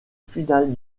finale